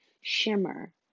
shimmer